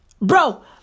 Bro